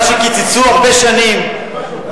מה שקיצצו הרבה שנים,